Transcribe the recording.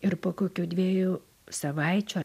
ir po kokių dviejų savaičių